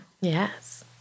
Yes